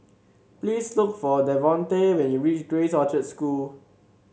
please look for Davonte when you reach Grace Orchard School